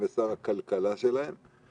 אפילו עכשיו במתווה של 10 אנשים ו-20 אנשים,